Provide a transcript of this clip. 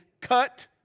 cut